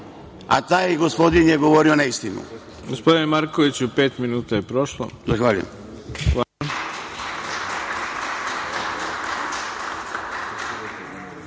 Taj gospodin je govorio neistinu.